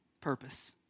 purpose